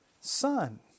son